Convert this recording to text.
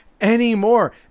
anymore